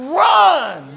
run